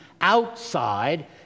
outside